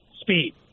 speed